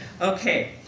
okay